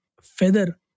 feather